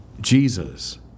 Jesus